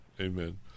Amen